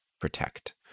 protect